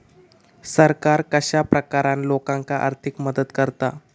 सरकार कश्या प्रकारान लोकांक आर्थिक मदत करता?